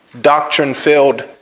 doctrine-filled